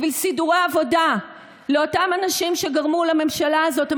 בשביל סידורי עבודה לאותם אנשים שגרמו לממשלה הזאת,